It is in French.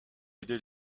aider